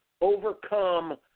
Overcome